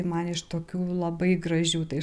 man iš tokių labai gražių tai